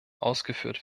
ausgeführt